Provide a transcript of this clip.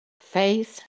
Faith